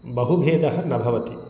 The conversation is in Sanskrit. बहुभेदः न भवति